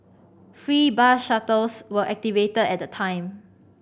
free bus shuttles were activated at the time